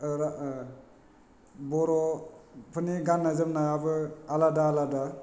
बर'फोरनि गान्नाय जोमनायाबो आलादा आलादा